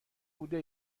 بوده